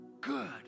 good